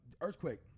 Earthquake